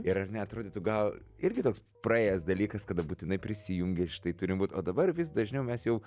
ir neatrodytų gal irgi toks praėjęs dalykas kada būtinai prisijungi ir štai turim būt o dabar vis dažniau mes jau